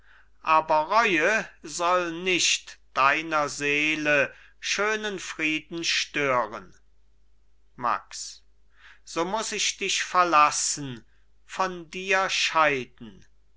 aber reue soll nicht deiner seele schönen frieden stören max so muß ich dich verlassen von dir scheiden